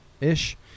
ish